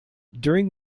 during